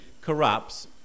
corrupts